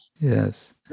Yes